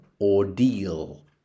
ordeal